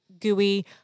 gooey—